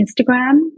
Instagram